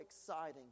exciting